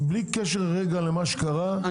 - בלי קשר למה שקרה,